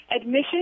Admission